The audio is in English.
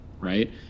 right